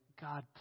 God